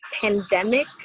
pandemic